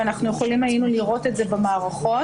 והיינו יכולים לראות את זה במערכות,